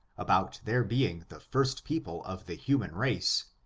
about their being the first people of the human race,